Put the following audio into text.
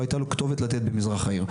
לא היתה לו כתובת לתת במזרח העיר.